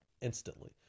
instantly